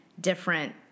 different